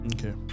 Okay